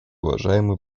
уважаемый